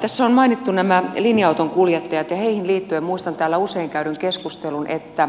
tässä on mainittu nämä linja autonkuljettajat ja heihin liittyen muistan täällä usein käydyn keskustelun että